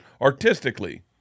Artistically